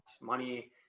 money